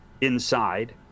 inside